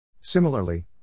Similarly